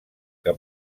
que